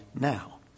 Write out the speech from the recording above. now